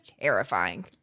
terrifying